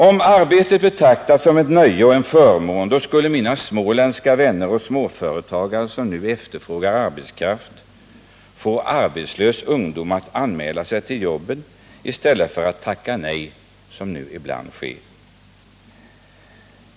Om arbetet betraktades som ett nöje och en förmån, då skulle mina småländska vänner och småföretagare, som nu efterfrågar arbetskraft, få arbetslös ungdom att anmäla sig till jobben i stället för att tacka nej som nu ibland sker.